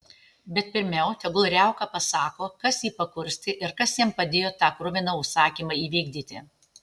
bet pirmiau tegul riauka pasako kas jį pakurstė ir kas jam padėjo tą kruviną užsakymą įvykdyti